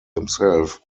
himself